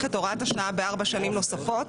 את הוראת השעה בארבע שנים נוספות.